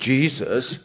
Jesus